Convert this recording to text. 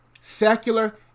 secular